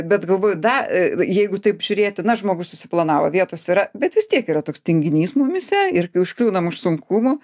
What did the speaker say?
bet galvoju da e jeigu taip žiūrėti na žmogus susiplanavo vietos yra bet vis tiek yra toks tinginys mumyse ir kai užkliūnam už sunkumų